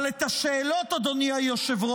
אבל את השאלות, אדוני היושב-ראש,